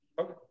Okay